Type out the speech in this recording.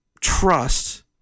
trust